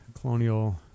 colonial